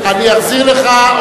אני אחזיר לך.